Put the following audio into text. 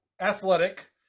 athletic